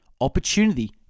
Opportunity